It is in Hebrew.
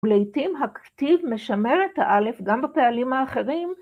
‫ולעיתים הכתיב משמר את הא' ‫גם בפעלים האחרים.